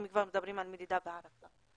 אם כבר מדברים על מדידה והערכה.